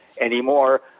anymore